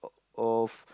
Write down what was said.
o~ of